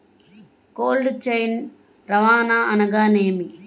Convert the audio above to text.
Cold chain రవాణా అనగా నేమి?